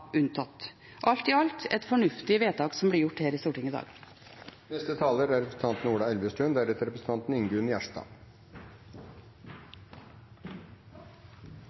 unntatt. Alt i alt er det et fornuftig vedtak som blir gjort her i Stortinget i dag.